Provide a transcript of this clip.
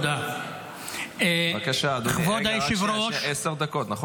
בבקשה, אדוני, עשר דקות.